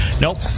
Nope